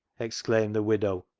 exclaimed the widow,